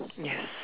yes